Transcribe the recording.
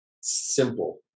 simple